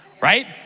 Right